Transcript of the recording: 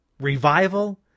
revival